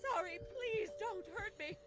please don't hurt me.